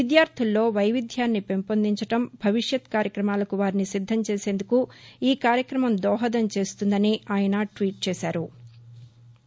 విద్యార్దుల్లో వైవిధ్యాన్ని పెంపొందించడం భవిష్యత్తు కార్యక్రమాలకు వారిని సిద్దం చేసేందుకు ఈ కార్యక్రమం దోహదం చేస్తుందని ఆయన ట్వీట్ చేశారు